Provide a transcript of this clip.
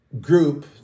group